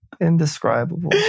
Indescribable